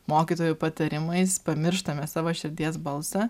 mokytojų patarimais pamirštame savo širdies balsą